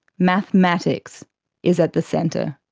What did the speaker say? mathematics is at the centre.